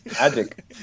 Magic